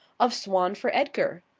of swan for edgar?